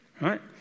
Right